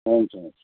हुन्छ हुन्छ